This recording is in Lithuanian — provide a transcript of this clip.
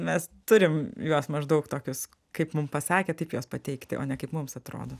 mes turim juos maždaug tokius kaip mum pasakė taip juos pateikti o ne kaip mums atrodo